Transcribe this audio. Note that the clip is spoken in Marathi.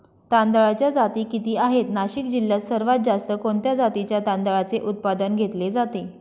तांदळाच्या जाती किती आहेत, नाशिक जिल्ह्यात सर्वात जास्त कोणत्या जातीच्या तांदळाचे उत्पादन घेतले जाते?